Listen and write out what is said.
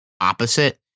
opposite